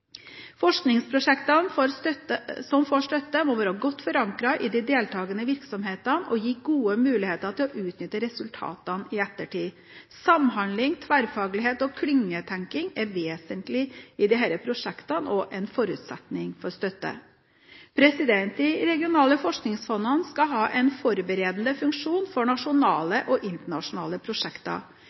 Forskningsprosjektene som får støtte, må være godt forankret i de deltagende virksomhetene og gi gode muligheter for å utnytte resultatene i ettertid. Samhandling, tverrfaglighet og klyngetenkning er vesentlig i disse prosjektene og en forutsetning for støtte. De regionale forskningsfondene skal ha en forberedende funksjon for nasjonale og internasjonale prosjekter.